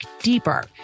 deeper